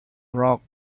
rock